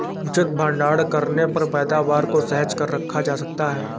उचित भंडारण करने पर पैदावार को सहेज कर रखा जा सकता है